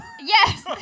Yes